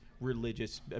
religious